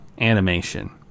animation